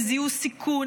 הם זיהו סיכון,